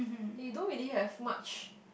they don't really have much